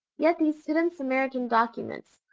yet these hidden samaritan documents,